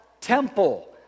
temple